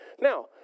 Now